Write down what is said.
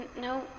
No